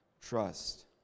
trust